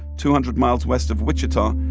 two hundred miles west of wichita.